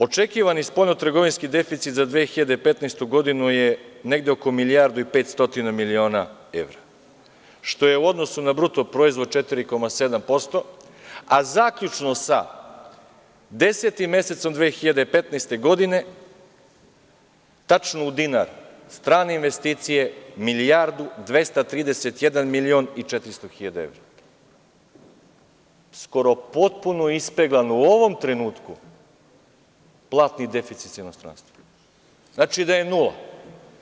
Očekivani spoljnotrgovinski deficit za 2015. godinu je negde oko milijardu i 500 miliona evra, što je u odnosu na bruto proizvod 4,7%, a zaključno sa 10. mesecom 2015. godine, tačno u dinar strane investicije, milijardu 231 milion i 400 hiljada evra, skoro potpuno ispeglan u ovom trenutku platni deficit sa inostranstvom, znači da je nula.